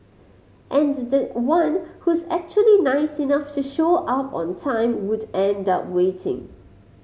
and the one who's actually nice enough to show up on time would end up waiting